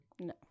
No